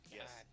Yes